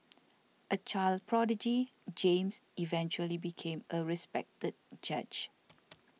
a child prodigy James eventually became a respected judge